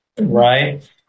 Right